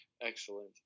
Excellent